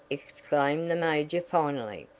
exclaimed the major finally.